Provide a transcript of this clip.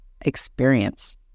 Experience